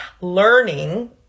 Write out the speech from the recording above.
learning